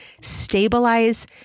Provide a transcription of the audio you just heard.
stabilize